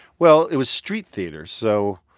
well, it was street theater, so.